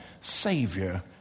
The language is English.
Savior